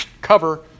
cover